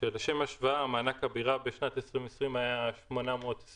כשלשם השוואה מענק הבירה בשנת 2020 היה 822